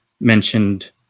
mentioned